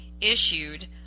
issued